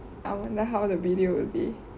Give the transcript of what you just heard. I wonder how the video will be